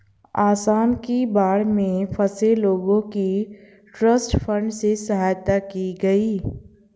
आसाम की बाढ़ में फंसे लोगों की ट्रस्ट फंड से सहायता की गई